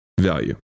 value